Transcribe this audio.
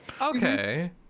Okay